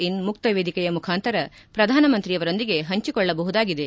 ಇನ್ ಮುಕ್ತ ವೇದಿಕೆಯ ಮುಖಾಂತರ ಪ್ರಧಾನ ಮಂತ್ರಿಯವರೊಂದಿಗೆ ಹಂಚಕೊಳ್ಳಬಹುದಾಗಿದೆ